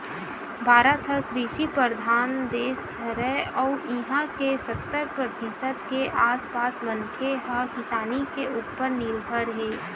भारत ह कृषि परधान देस हरय अउ इहां के सत्तर परतिसत के आसपास मनखे ह किसानी के उप्पर निरभर हे